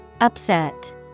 Upset